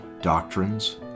doctrines